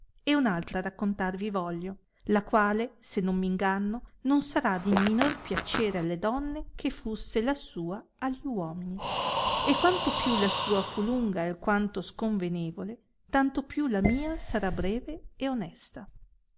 e un altra raccontar vi voglio la quale se non m inganno non sarà di minor piacere alle donne che fusse la sua a gli uomini e quanto più la sua fu lunga e alquanto sconvenevole tanto più la mia sarà breve e onesta